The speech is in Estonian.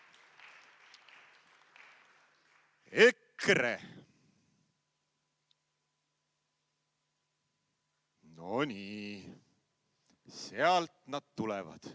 EKRE. No nii, sealt nad tulevad.